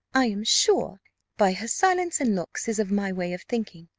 i am sure by her silence and looks, is of my way of thinking,